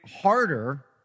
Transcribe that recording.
harder